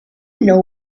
know